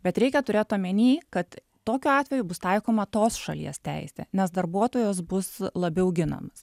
bet reikia turėt omeny kad tokiu atveju bus taikoma tos šalies teisė nes darbuotojas bus labiau ginamas